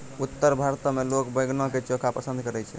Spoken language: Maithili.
उत्तर भारतो मे लोक बैंगनो के चोखा पसंद करै छै